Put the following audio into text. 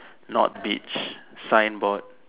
not beach sign board